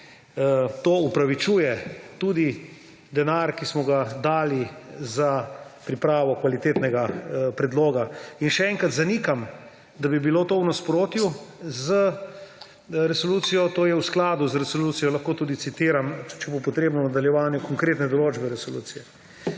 to opravičuje tudi denar, ki smo ga dali za pripravo kvalitetnega predloga. Še enkrat zanikam, da bi bilo to v nasprotju z resolucijo; to je v skladu z resolucijo, lahko tudi citiram, če bo potrebno v nadaljevanju konkretne določbe resolucije.